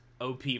OP